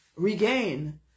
Regain